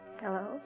Hello